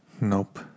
Nope